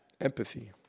empathy